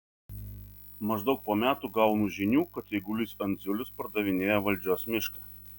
maždaug po metų gaunu žinių kad eigulys andziulis pardavinėja valdžios mišką